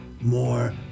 more